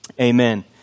Amen